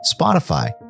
Spotify